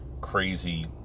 crazy